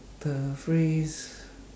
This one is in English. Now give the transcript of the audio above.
the phrase